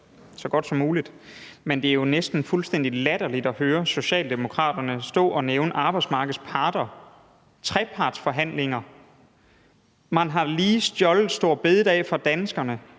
så godt som muligt. Det er jo næsten fuldstændig latterligt at høre Socialdemokraterne stå og nævne arbejdsmarkedets parter og trepartsforhandlinger. Man har lige stjålet store bededag fra danskerne